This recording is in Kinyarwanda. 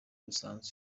rusanzwe